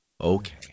okay